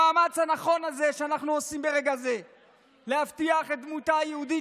המאמץ הנכון הזה שאנחנו עושים ברגע הזה להבטיח את דמותה היהודית